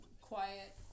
quiet